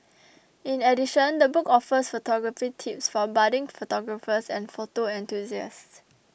in addition the book offers photography tips for budding photographers and photo enthusiasts